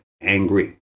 angry